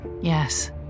Yes